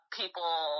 people